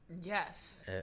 Yes